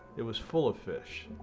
it was full of fish.